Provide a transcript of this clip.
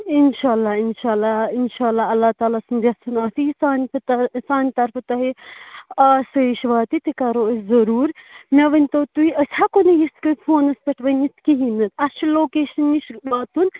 اِنشاء اللہ اِنشاء اللہ اِنشاء اللہ اللہ تعالیٰ سُنٛد یَژھُن آسہِ یہِ سانہِ سۭتۍ تۄہہِ سانہِ طرفہٕ تۄہہِ آسٲیِش واتہِ تہِ کَرو أسۍ ضٔروٗر مےٚ ؤنۍتو تُہۍ أسۍ ہٮ۪کو نہٕ یِتھ کٔنۍ فونَس پٮ۪ٹھ ؤنِتھ کِہیٖنۍ نہِ اَسہِ چھِ لوکیشَن نِش واتُن